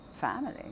family